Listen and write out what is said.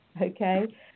okay